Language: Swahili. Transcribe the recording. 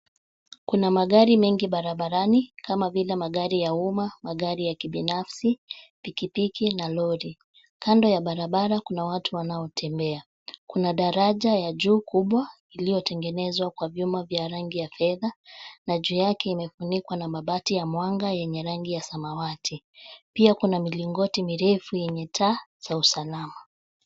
Kuna magari mengi barabarani kama vile magari ya umma , magari ya kibinafsi, pikipiki na lori. Kando ya barabara kuna watu wanao tembea. Kuna daraja ya juu kubwa iliyotengenezwa kwa vyuma vya rangi ya fedha, na juu yake imefunikwa na mabati ya mwanga yenye rangi ya samawati. Pia kuna milingoti mrefu yenye taa za usalama.